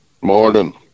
Morning